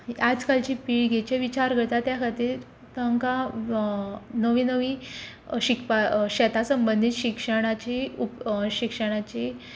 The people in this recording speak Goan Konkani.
आजकालचे पिळगेचे विचार करता त्या खातीर तांकां नवी नवी शिकपा शेता संबंदीत शिक्षणाची शिक्षणाची